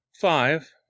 Five